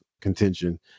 contention